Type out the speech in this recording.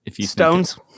Stones